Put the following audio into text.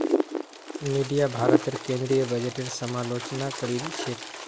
media भारतेर केंद्रीय बजटेर समालोचना करील छेक